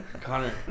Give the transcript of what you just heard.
Connor